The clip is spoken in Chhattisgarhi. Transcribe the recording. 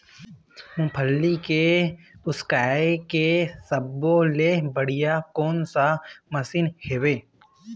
मूंगफली के उसकाय के सब्बो ले बढ़िया कोन सा मशीन हेवय?